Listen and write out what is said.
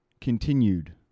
continued